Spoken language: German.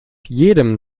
jedem